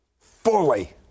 fully